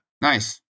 Nice